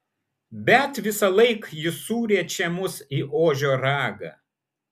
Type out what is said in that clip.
bet visąlaik jis suriečia mus į ožio ragą